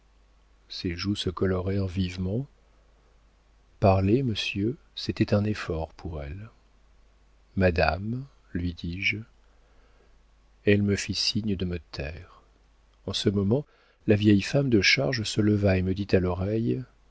ses joues se colorèrent vivement parler monsieur c'était un effort pour elle madame lui dis-je elle me fit signe de me taire en ce moment la vieille femme de charge se leva et me dit à l'oreille